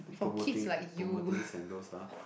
promoting promoting sentosa